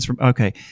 okay